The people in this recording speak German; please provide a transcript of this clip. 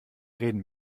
reden